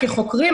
כחוקרים,